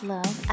Love